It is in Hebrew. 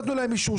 נתנו להם אישור.